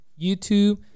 YouTube